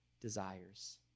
desires